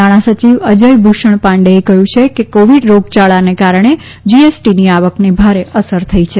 નાણાં સચિવ અજય ભૂષણ પાંડેએ કહ્યું છે કે કોવિડ રોગયાળાને કારણે જીએસટીની આવકને ભારે અસર થઈ છે